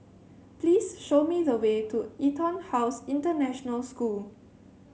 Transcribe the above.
please show me the way to EtonHouse International School